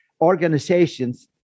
organizations